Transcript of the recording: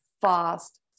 fast